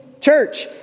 Church